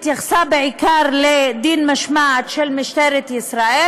התייחסה בעיקר לדין משמעתי של משטרת ישראל,